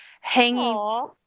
hanging